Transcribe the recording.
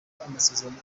amasezerano